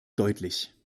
deutlich